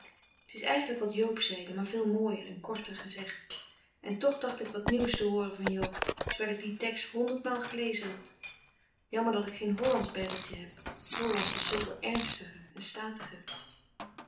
t is eigenlijk wat joob zeide maar veel mooier en korter gezegd en toch dacht ik wat nieuws te hooren van joob terwijl frederik van eeden van de koele meren des doods ik dien text honderdmaal gelezen had jammer dat ik geen hollandsch bijbeltje heb hollandsch is zooveel ernstiger en statiger